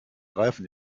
reifen